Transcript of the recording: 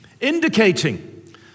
indicating